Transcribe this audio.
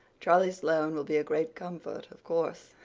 charlie sloane will be a great comfort, of course,